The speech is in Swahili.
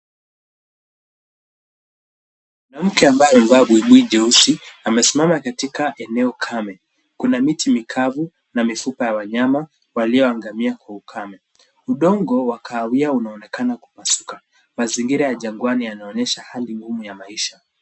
Mwanamke ambaye amevaa buibui jeusi amesimama katika eneo kame. Kuna miti mikavu na mifupa ya wanyama walioangamia kwa ukame. Udongo wa kahawia unaonekana kupasuka. Mazingira ya jangwani yanaonyesha hali ngumu ya maisha.